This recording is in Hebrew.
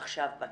עכשיו בכנסת.